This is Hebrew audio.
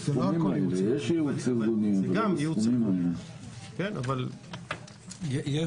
יש ייעוץ ארגוני, אבל לא בסכומים האלה.